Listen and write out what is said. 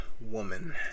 woman